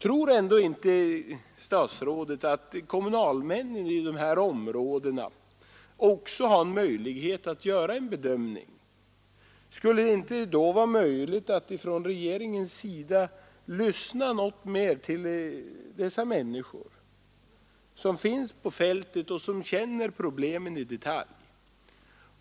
Tror inte statsrådet att kommunalmännen i de här områdena också har möjlighet att göra en bedömning? Skulle det inte då vara möjligt att från regeringens sida lyssna något mer till dessa människor som finns på fältet och som känner problemen i detalj?